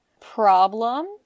problem